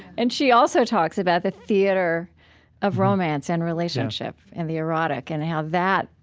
and she also talks about the theater of romance and relationship and the erotic and how that,